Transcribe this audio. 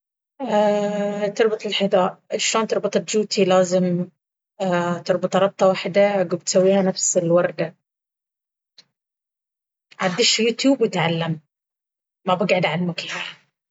تربط الحذاء، شلون تربط الجوتي لازم تربطه ربطه وحدة وتسويها نفس الوردة. عاد دش اليوتيوب وتعلم! ما بقعد أعلمك إهني!